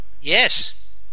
yes